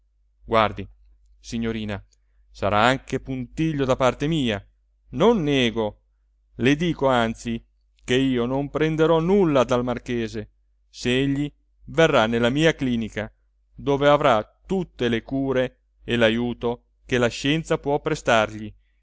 guardi signorina sarà anche puntiglio da parte mia non nego le dico anzi che io non prenderò nulla dal marchese se egli verrà nella mia clinica dove avrà tutte le cure e l'ajuto che la scienza può prestargli